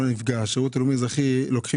היה תיקון של החלטת הממשלה לקראת